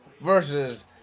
versus